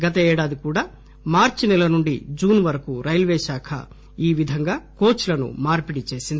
గత ఏడాది కూడా మార్చ్ నెల నుండి జున్ వరకు రైల్వే శాఖ ఈ విధంగా కోచ్ లను మార్పిడి చేసింది